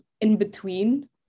in-between